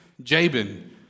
jabin